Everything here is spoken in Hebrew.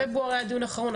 פברואר היה דיון אחרון,